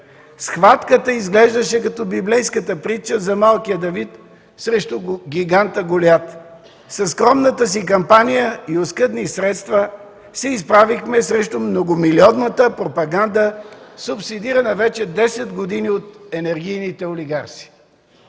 Схватката изглеждаше като библейската притча за малкия Давид срещу гиганта Голиат. Със скромната си кампания и оскъдни средства се изправихме срещу многомилионната пропаганда, субсидирана вече 10 години от енергийните олигарси.